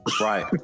Right